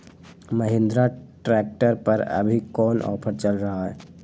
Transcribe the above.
Mahindra tractor पर अभी कोन ऑफर चल रहा है?